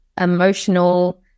emotional